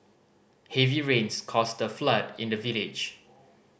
heavy rains caused a flood in the village